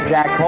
Jack